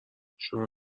شما